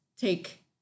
take